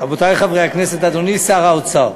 רבותי חברי הכנסת, אדוני שר האוצר,